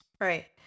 right